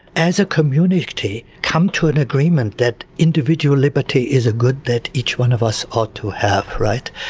as a community, come to an agreement that individual liberty is a good that each one of us ought to have, right?